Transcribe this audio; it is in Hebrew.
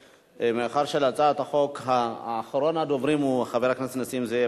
מאחר שלהצעת החוק אחרון הדוברים הוא חבר הכנסת נסים זאב,